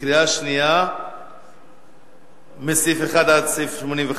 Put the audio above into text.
שנייה מסעיף 1 עד סעיף 85,